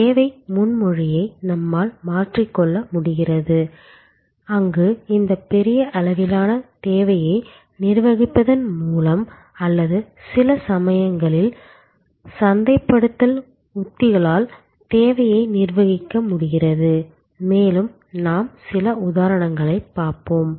சேவை முன்மொழிவை நம்மால் மாற்றிக்கொள்ள முடிகிறது அங்கு இந்த பெரிய அளவிலான தேவையை நிர்வகிப்பதன் மூலம் அல்லது சில சமயங்களில் சந்தைப்படுத்தல் உத்திகளால் தேவையை நிர்வகிக்க முடிகிறது மேலும் நாம் சில உதாரணங்களைப் பார்ப்போம்